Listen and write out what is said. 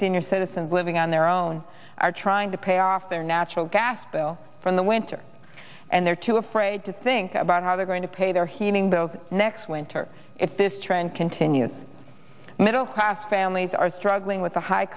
senior citizens living on their own are trying to pay off their natural gas bill from the winter and they're too afraid to think about how they're going to pay their heating bills next winter if this trend continues middle class families are struggling with the high